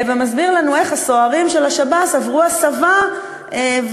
ומסביר לנו איך הסוהרים של השב"ס עברו הסבה ועברו